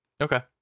Okay